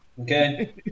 Okay